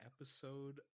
episode